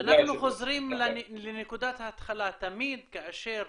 אנחנו חוזרים לנקודת ההתחלה, תמיד כאשר